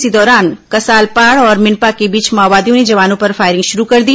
इसी दौरान कसालपाड़ और मिनपा के बीच माओवादियों ने जवानों पर फायरिंग शुरू कर दी